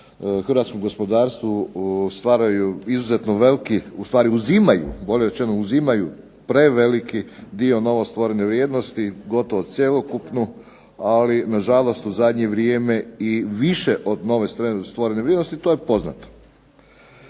hrvatskom gospodarstvu stvaraju izuzetno veliki, u stvari uzimaju, bolje rečeno uzimaju preveliki dio novostvorene vrijednosti gotovo cjelokupnu. Ali na žalost u zadnje vrijeme i više od novostvorene vrijednosti to je poznato.